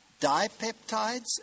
Dipeptides